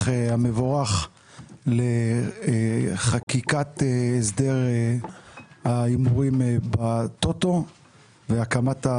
המבורך לחקיקת הסדר ההימורים בטוטו והקמת,